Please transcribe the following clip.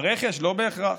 ברכש, לא בהכרח.